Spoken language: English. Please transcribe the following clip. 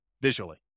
visually